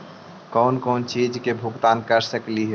कौन कौन चिज के भुगतान कर सकली हे?